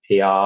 pr